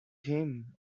him